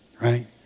right